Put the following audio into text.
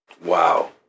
Wow